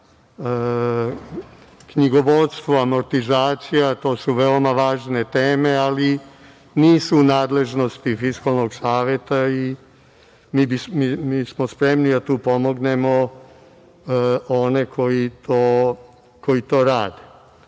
knjigovodstva, amortizacija, to su veoma važne teme, ali nisu u nadležnosti Fiskalnog saveta i mi smo spremni da tu pomognemo one koji to rade. Prva